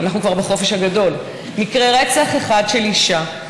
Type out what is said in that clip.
אנחנו כבר בחופש הגדול: מקרה רצח אחד של אישה,